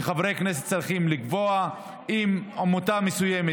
חברי כנסת לא צריכים לקבוע אם עמותה מסוימת